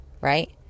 right